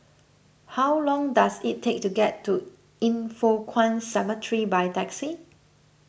how long does it take to get to Yin Foh Kuan Cemetery by taxi